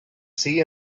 see